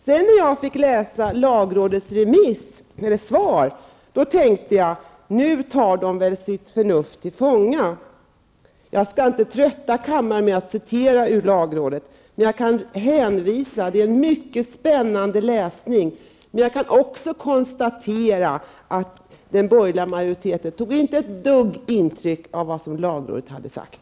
När jag sedan fick läsa lagrådets svar tänkte jag, att nu tar de väl sitt förnuft till fånga. Jag skall inte trötta kammaren med att citera ur lagrådets yttrande. Men jag kan hänvisa till det. Det är en mycket spännande läsning. Jag kan också konstatera att den borgerliga majoriteten inte tog ett dugg intryck av det lagrådet hade sagt.